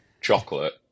chocolate